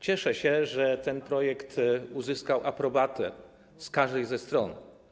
Cieszę się, że ten projekt uzyskał aprobatę każdej ze stron.